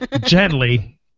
Gently